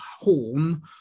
Horn